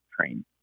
Train